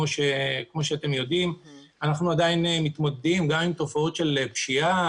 אנחנו עדיין מתמודדים גם עם תופעות של פשיעה,